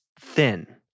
thin